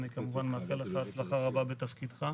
ואני כמובן מאחל לך הצלחה רבה בתפקידך.